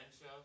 show